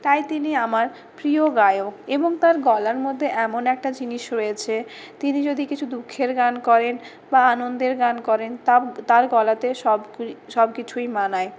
তাই তিনি আমার প্রিয় গায়ক এবং তার গলার মধ্যে এমন একটা জিনিস রয়েছে তিনি যদি কিছু দুঃখের গান করেন বা আনন্দের গান করেন তার গলাতে সবকি সবকিছুই মানায়